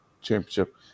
Championship